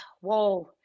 whoa